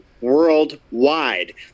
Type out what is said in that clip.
worldwide